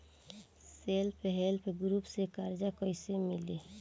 Self help group से कर्जा कईसे मिली?